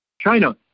China